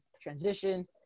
transition